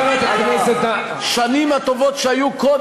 חברת הכנסת איילת, השנים הטובות שהיו קודם,